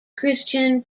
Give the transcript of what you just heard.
christian